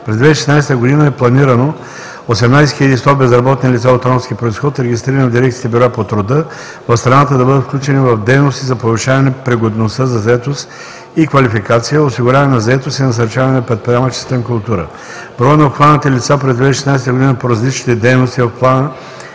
През 2016 г. е планирано 18 100 безработни лица от ромски произход, регистрирани в дирекциите „Бюро по труда” в страната, да бъдат включени в дейности за повишаване пригодността за заетост и квалификацията, осигуряване на заетост и насърчаване на предприемаческата им култура. Броят на обхванатите лица през 2016 г. по различните дейности в плана